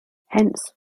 hence